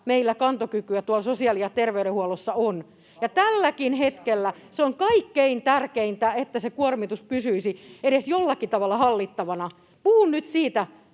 meillä kantokykyä tuolla sosiaali‑ ja terveydenhuollossa on. Tälläkin hetkellä se on kaikkein tärkeintä, että se kuormitus pysyisi edes jollakin tavalla hallittavana. Puhun nyt siitä,